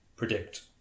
predict